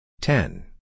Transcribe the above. Ten